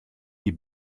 die